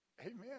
Amen